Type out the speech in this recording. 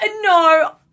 no